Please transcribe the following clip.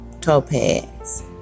topaz